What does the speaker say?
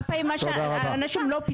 אלפיים אנשים זה לא פתרון.